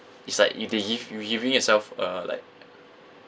it's like if they give you giving yourself uh like